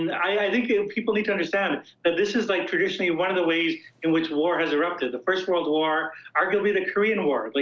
i think you know people need to understand that and this is like traditionally one of the ways in which war has erupted the first world war, arguably the korean war. like